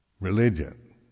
religion